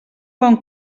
bon